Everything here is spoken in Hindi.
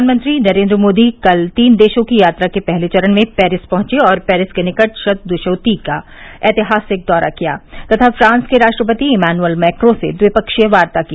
प्रधानमंत्री नरेन्द्र मोदी कल तीन देशों की यात्रा के पहले चरण में पेरिस पहुंचें और पेरिस के निकट शतू द शोती का ऐतिहासिक दौरा किया तथा फ्रांस के राष्ट्रपति इमैनुअल मेक्रों से द्विपक्षीय वार्ता की